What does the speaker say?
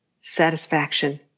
satisfaction